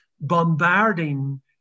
bombarding